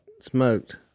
smoked